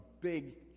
big